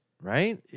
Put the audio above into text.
Right